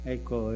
Ecco